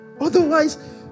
Otherwise